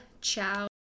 Ciao